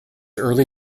early